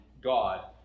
God